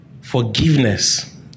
Forgiveness